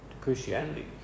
Christianity